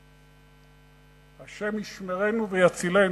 השם ישמרנו ויצילנו.